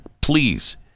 please